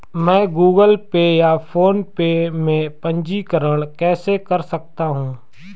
मैं Google Pay या PhonePe में पंजीकरण कैसे कर सकता हूँ?